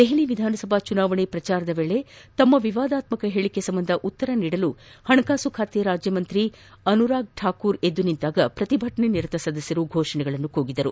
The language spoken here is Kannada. ದೆಹಲಿ ವಿಧಾನಸಭಾ ಚುನಾವಣಾ ಪ್ರಚಾರದ ವೇಳೆ ತಮ್ನ ವಿವಾದಾತ್ತಕ ಹೇಳಿಕೆ ಸಂಬಂಧ ಉತ್ತರಿಸಲು ಹಣಕಾಸು ಖಾತೆ ರಾಜ್ಯ ಸಚಿವ ಅನುರಾಗ್ ಠಾಕೂರ್ ಎದ್ದು ನಿಂತಾಗ ಪ್ರತಿಭಟನಾನಿರತ ಸದಸ್ದರು ಘೋಷಣೆ ಕೂಗಿದರು